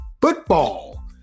football